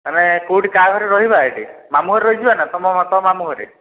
ଆମେ କେଉଁଠି କାହା ଘରେ ରହିବା ଏହିଠି ମାମୁଁ ଘରେ ରହିଯିବା ନା ତୋ ମାମୁଁ ଘରେ